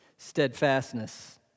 Steadfastness